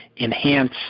enhance